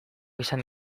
izango